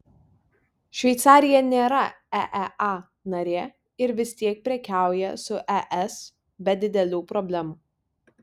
šveicarija nėra eea narė ir vis tiek prekiauja su es be didelių problemų